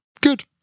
Good